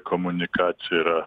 komunikacija yra